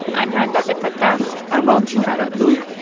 i'm rund abdelfatah i'm ramtin arablouei.